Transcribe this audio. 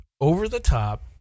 over-the-top